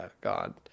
God